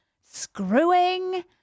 screwing